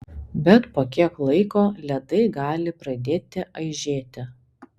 bet po kiek laiko ledai gali pradėti aižėti